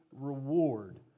reward